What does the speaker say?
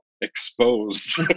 exposed